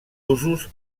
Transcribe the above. usos